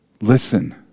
Listen